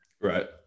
right